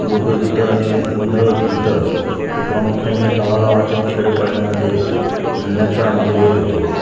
लोकगीतं आणि गोंधळ गीतं हे प्रामुख्याने गावागावातील खेड्यापाड्यांमध्ये म्हणण्याचा आम्हाला योग येतो